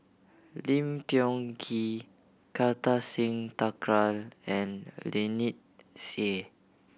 Lim Tiong Ghee Kartar Singh Thakral and Lynnette Seah